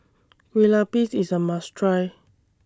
Kueh Lapis IS A must Try